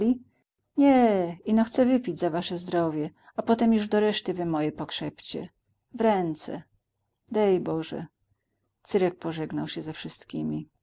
nie ino chcę wypić za wasze zdrowie a potem już do reszty wy moje pokrzepcie w ręce dej boże cyrek pożegnął się ze wszystkiemi